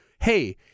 hey